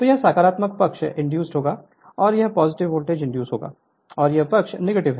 तो यह सकारात्मक पक्ष इंड्यूस्ड होगा और यह पॉजिटिव वोल्टेज इंड्यूज़ होगा और यह पक्ष नेगेटिव है